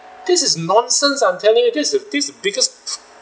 this is nonsense uh I'm telling you this this biggest